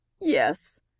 Yes